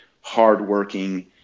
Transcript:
hardworking